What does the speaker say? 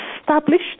established